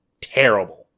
Terrible